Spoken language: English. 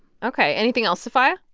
ok. anything else, sofia?